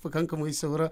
pakankamai siaura